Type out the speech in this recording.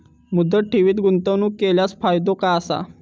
मुदत ठेवीत गुंतवणूक केल्यास फायदो काय आसा?